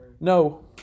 No